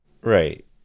Right